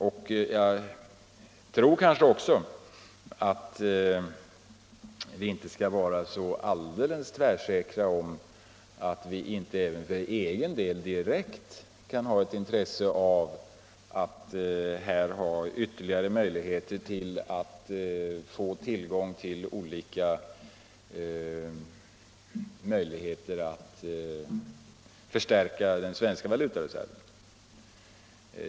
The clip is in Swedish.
Jag tror också att vi inte skall vara tvärsäkra på att vi inte även för egen del direkt kan ha ett intresse av att få tillgång till ytterligare möjligheter att förstärka den svenska valutareserven.